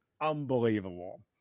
unbelievable